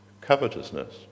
covetousness